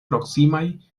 proksimaj